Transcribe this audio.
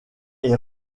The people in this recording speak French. est